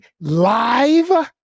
live